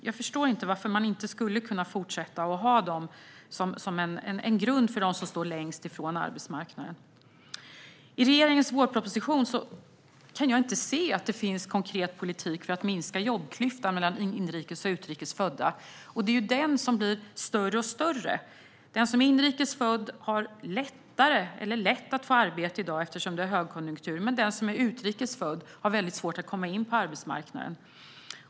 Jag förstår inte varför man inte skulle kunna fortsätta att ha detta som en grund för dem som står längst ifrån arbetsmarknaden. I regeringens vårproposition kan jag inte se att det finns någon konkret politik för att minska jobbklyftan mellan inrikes och utrikes födda. Det är den som blir större och större. Den som är inrikes född har lätt att få arbete i dag eftersom det råder högkonjunktur, men den som är utrikes född har svårt att komma in på arbetsmarknaden.